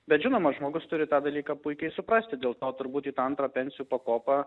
bet žinoma žmogus turi tą dalyką puikiai suprasti dėl to turbūt į tą antrą pensijų pakopą